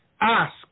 Ask